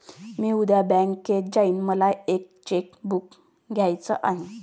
मी उद्या बँकेत जाईन मला एक चेक बुक घ्यायच आहे